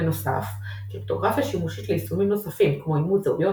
בנוסף קריפטוגרפיה שימושית ליישומים נוספים כמו אימות זהויות,